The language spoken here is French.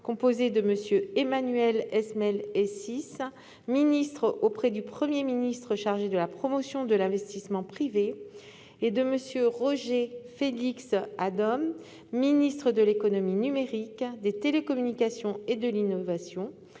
composée de M. Emmanuel Esmel Essis, ministre auprès du Premier ministre, chargé de la promotion de l'investissement privé, et de M. Roger Félix Adom, ministre de l'économie numérique, des télécommunications et de l'innovation,